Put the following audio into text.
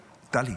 טלי.